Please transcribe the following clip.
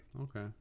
Okay